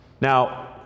Now